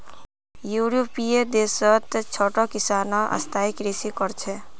यूरोपीय देशत छोटो किसानो स्थायी कृषि कर छेक